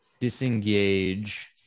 disengage